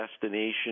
destination